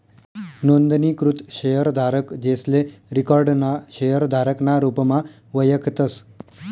नोंदणीकृत शेयरधारक, जेसले रिकाॅर्ड ना शेयरधारक ना रुपमा वयखतस